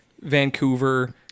Vancouver